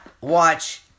watch